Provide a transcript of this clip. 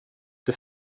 det